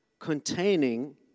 containing